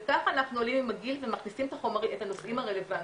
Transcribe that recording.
וככה אנחנו עולים עם הגיל ומכניסים את הנושאים הרלוונטיים.